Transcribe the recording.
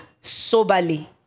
soberly